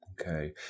Okay